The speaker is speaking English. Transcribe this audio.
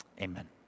Amen